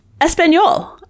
Espanol